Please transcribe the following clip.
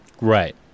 Right